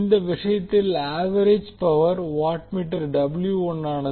இந்த விஷயத்தில் average power watt meter ஆனது